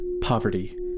poverty